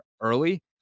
early